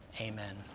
amen